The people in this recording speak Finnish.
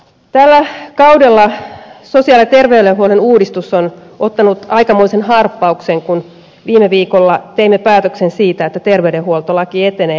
tällä kaudella sosiaali ja terveydenhuollon uudistus on ottanut aikamoisen harppauksen kun viime viikolla teimme päätöksen siitä että terveydenhuoltolaki etenee